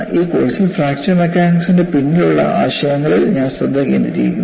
ഈ കോഴ്സിൽ ഫ്രാക്ചർ മെക്കാനിക്സിന്റെ പിന്നിലുള്ള ആശയങ്ങളിൽ ഞാൻ ശ്രദ്ധ കേന്ദ്രീകരിക്കുന്നു